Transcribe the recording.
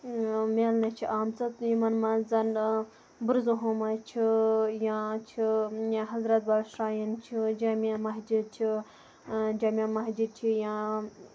میلنہٕ چھِ آمژٕ یِمَن منٛز بُرزٕہومہ چھِ یا چھِ یہِ حضرت بَل شرٛایِن چھِ جامعہ مسجد چھِ جامعہ مہجد چھِ یا